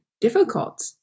difficult